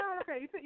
Okay